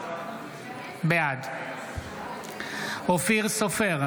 בעד אופיר סופר,